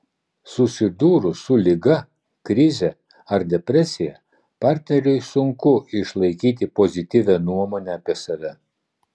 susidūrus su liga krize ar depresija partneriui sunku išlaikyti pozityvią nuomonę apie save